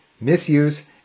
misuse